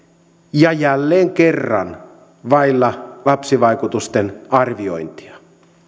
ja jälleen kerran vailla lapsivaikutusten arviointia